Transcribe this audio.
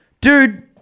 dude